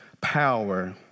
power